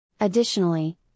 Additionally